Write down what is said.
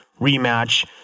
rematch